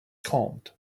calmed